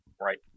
Right